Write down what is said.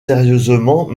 sérieusement